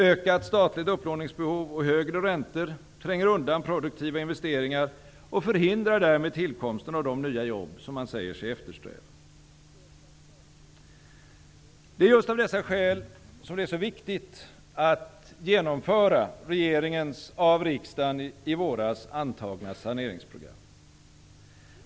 Ökat statligt upplåningsbehov och högre räntor tränger undan produktiva investeringar och förhindrar därmed tillkomsten av de nya jobb man säger sig eftersträva. Det är just av dessa skäl som det är så viktigt att genomföra regeringens av riksdagen i våras antagna saneringsprogram.